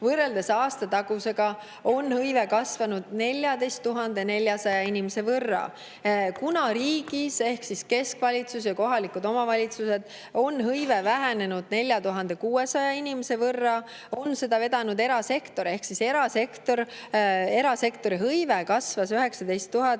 Võrreldes aastatagusega on hõive kasvanud 14 400 inimese võrra. Kuna riigis ehk keskvalitsuses ja kohalikes omavalitsustes on hõive vähenenud 4600 inimese võrra, on seda vedanud erasektor. Ehk siis erasektori hõive kasvas 19 100